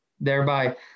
thereby